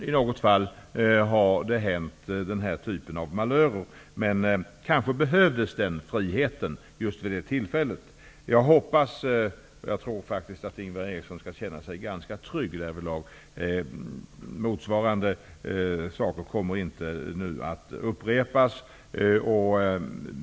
I något fall har den här typen av manöver inträffat, men kanske behövdes den friheten just vid det tillfället. Jag hoppas och tror att Ingvar Eriksson skall kunna känna sig ganska trygg härvidlag. Motsvarande händelser kommer inte att upprepas.